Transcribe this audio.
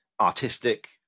artistic